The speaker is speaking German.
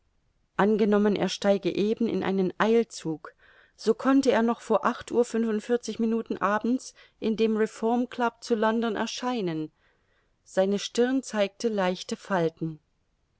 angenommen er steige eben in einen eilzug so konnte er noch vor acht uhr fünfundvierzig minuten abends in dem reform club zu london erscheinen seine stirn zeigte leichte falten